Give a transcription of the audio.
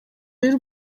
y’u